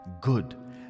good